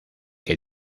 que